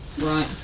Right